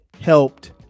helped